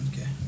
Okay